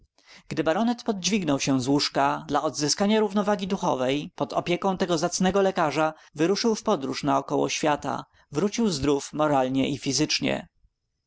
gdy baronet podźwignął się z łóżka dla odzyskania równowagi duchowej pod opieką tego zacnego lekarza wyruszył w podróż naokoło świata wrócił zdrów moralnie i fizycznie